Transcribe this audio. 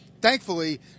Thankfully